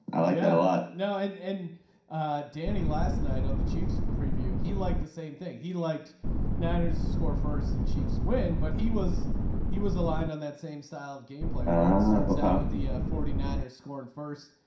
i like that a lot now and and danny last night on the chiefs preview. he liked the same thing. he liked niners to score first in chiefs win but he was he was aligned on that same style of game play with the forty nine ers scoring first.